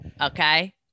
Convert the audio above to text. Okay